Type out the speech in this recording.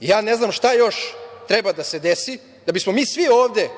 Ja ne znam šta još treba da se desi da bismo mi svi ovde